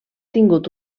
tingut